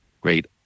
great